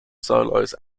solos